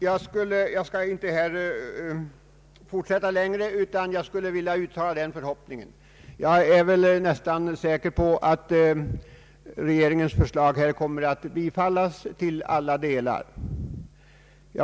Jag kommer för min del att stödja de reservationer som centern har lagt fram. Men jag är nästan säker på att regeringens förslag här kommer att bifallas till alla delar.